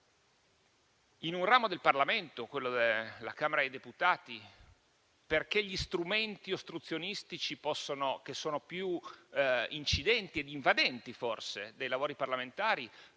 in un ramo del Parlamento, la Camera dei deputati, perché gli strumenti ostruzionistici, che sono più incidenti ed invadenti, forse, dei lavori parlamentari, possono